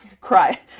cry